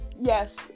Yes